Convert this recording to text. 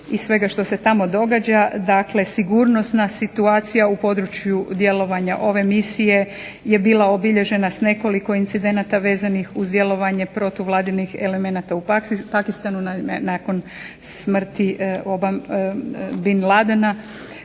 i svega što se tamo događa. Dakle, sigurnosna situacija u području djelovanja ove misije je bila obilježena s nekoliko incidenata vezanih uz djelovanje protuvladinih elemenata u Pakistanu. Naime, nakon smrti Bin Ladena